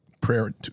prayer